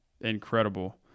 incredible